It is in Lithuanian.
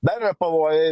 dar yra pavojai